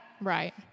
Right